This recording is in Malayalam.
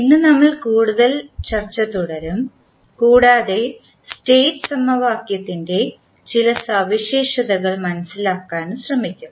ഇന്ന് നമ്മൾ കൂടുതൽ ചർച്ച തുടരും കൂടാതെ സ്റ്റേറ്റ് സമവാക്യത്തിൻറെ ചില സവിശേഷതകൾ മനസ്സിലാക്കാനും ശ്രമിക്കും